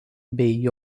bei